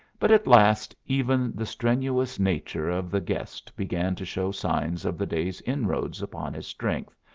but at last even the strenuous nature of the guest began to show signs of the day's inroads upon his strength,